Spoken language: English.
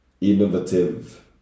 innovative